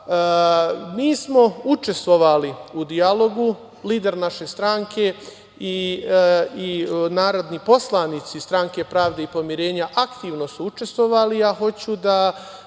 smo učestvovali u dijalogu, lider naše stranke i narodni poslanici Stranke pravde i pomirenja, aktivno su učestvovali, i ja hoću da